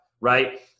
right